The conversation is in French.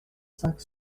cinq